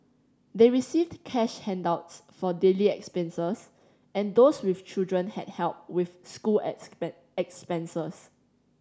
they received cash handouts for daily expenses and those with children had help with school expenses